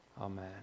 amen